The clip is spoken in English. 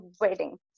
wedding